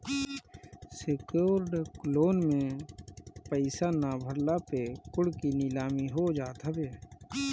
secured loan में पईसा ना भरला पे कुड़की नीलामी हो जात हवे